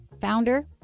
founder